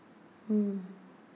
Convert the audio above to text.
mm